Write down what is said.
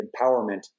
empowerment